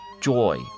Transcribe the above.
joy